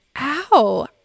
ow